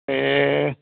ਅਤੇ